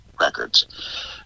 records